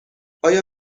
آیا